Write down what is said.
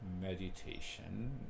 meditation